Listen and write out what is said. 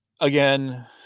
Again